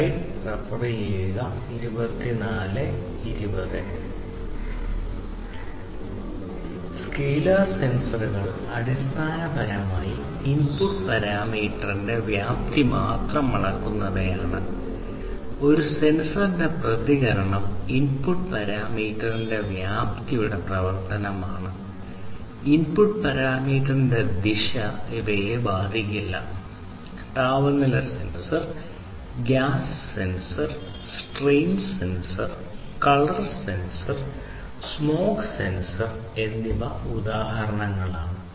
scalar സെൻസറുകൾ എന്നിവ ഉദാഹരണങ്ങളാണ്